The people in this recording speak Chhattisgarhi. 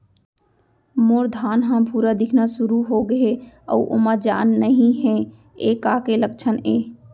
मोर धान ह भूरा दिखना शुरू होगे हे अऊ ओमा जान नही हे ये का के लक्षण ये?